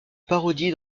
parodie